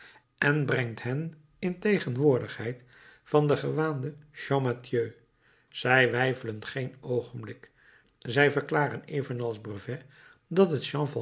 en brengt hen in tegenwoordigheid van den gewaanden champmathieu zij weifelen geen oogenblik zij verklaren evenals brevet dat het